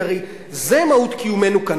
כי הרי זו מהות קיומנו כאן.